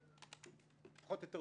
יפה,